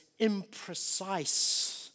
imprecise